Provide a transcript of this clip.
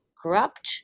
corrupt